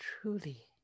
truly